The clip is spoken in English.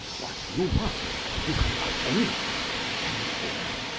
what do you want? you can have anything anything.